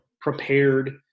prepared